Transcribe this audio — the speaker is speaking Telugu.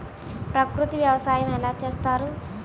ప్రకృతి వ్యవసాయం ఎలా చేస్తారు?